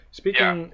speaking